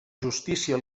justícia